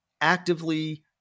actively